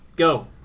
Go